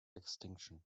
extinction